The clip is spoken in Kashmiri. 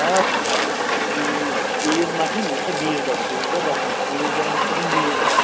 آ عیٖد مۄکلہِ مےٚ باسان بیٚیِس دۄہ بہٕ سوزے ژےٚ کیٛاہ باسان عیٖز دۄہے گژھوا کِنہٕ بیٚیِس دۄہ